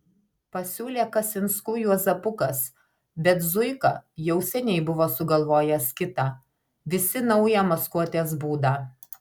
pasiūlė kasinskų juozapukas bet zuika jau seniai buvo sugalvojęs kitą visi naują maskuotės būdą